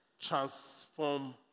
transform